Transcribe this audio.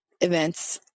events